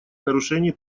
нарушений